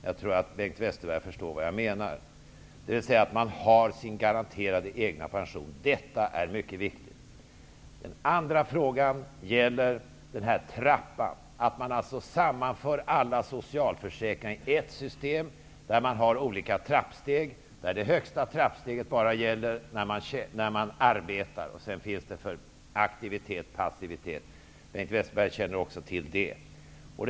Jag tror att Bengt Westerberg förstår vad jag menar, dvs. att man har sin egen garanterade pension. Detta är mycket viktigt. Den andra frågan gäller den här trappan, att man alltså sammanför alla socialförsäkringar i ett system, där man har olika trappsteg. Det högsta trappsteget gäller bara när man arbetar. Sedan finns olika steg för aktivitet, passivitet osv. Bengt Westerberg känner till också det.